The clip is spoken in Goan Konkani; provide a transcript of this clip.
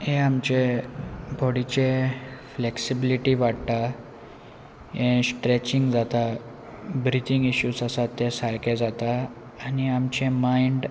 हें आमचें बॉडीचें फ्लॅक्सिबिलिटी वाडटा हें स्ट्रॅचींग जाता ब्रितींग इशूज आसात ते सारके जाता आनी आमचें मायंड